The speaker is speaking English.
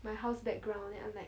my house background then I'm like